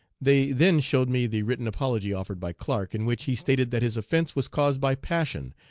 they then showed me the written apology offered by clark, in which he stated that his offence was caused by passion,